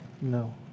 No